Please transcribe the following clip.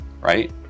right